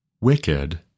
wicked